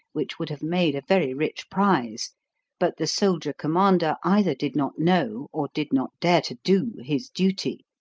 which would have made a very rich prize but the soldier-commander either did not know, or did not dare to do, his duty.